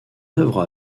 œuvre